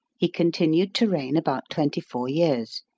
he continued to reign about twenty-four years.